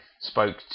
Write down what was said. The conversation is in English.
spoke